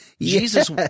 Jesus